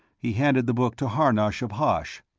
he handed the book to harnosh of hosh.